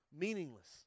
meaningless